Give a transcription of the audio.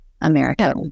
america